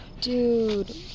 Dude